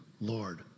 Lord